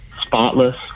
spotless